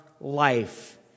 life